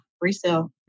resale